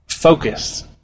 focus